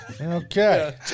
Okay